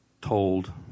told